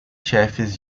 chefs